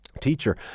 teacher